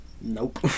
Nope